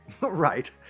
Right